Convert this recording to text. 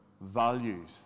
values